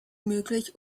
möglich